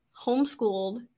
homeschooled